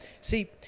See